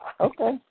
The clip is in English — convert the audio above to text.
Okay